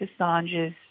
Assange's